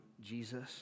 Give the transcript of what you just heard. Jesus